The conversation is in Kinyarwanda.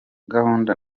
gahunda